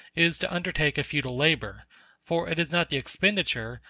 is to undertake a futile labor for it is not the expenditure,